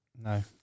No